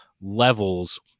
levels